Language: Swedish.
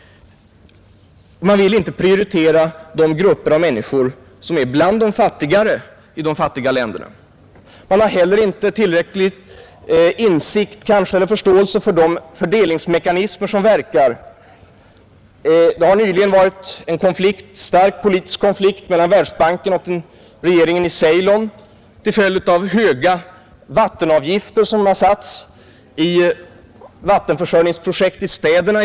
Man vill inte prioritera de grupper av människor som är bland de fattigare i de fattiga länderna. Man har heller inte tillräcklig insikt om eller förståelse för de fördelningsmekanismer som verkar. Det har nyligen rått en stark politisk konflikt mellan Världsbanken och regeringen i Ceylon till följd av de höga vattenavgifter som satts i ett vattenförsörjningsprojekt i städerna.